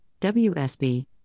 WSB